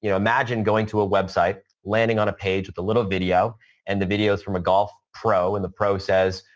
you know imagine going to a website, landing on a page with a little video and the videos from a golf pro. and the pro says,